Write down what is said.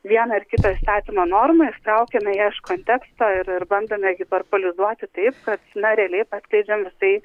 vieną ar kitą įstatymo normą ištraukiame ją iš konteksto ir ir bandome hiperbolizuoti taip kad na realiai paskleidžiam visai